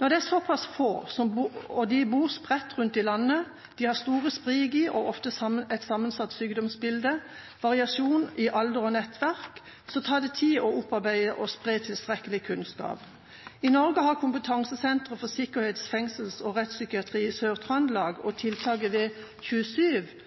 Når det er såpass få – og de bor spredt rundt i landet, har stort sprik i og ofte et sammensatt sykdomsbilde, variasjon i alder og nettverk – så tar det tid å opparbeide og spre tilstrekkelig kunnskap. I Norge har Kompetansesenter for sikkerhets-, fengsels- og rettspsykiatri i Sør-Trøndelag, og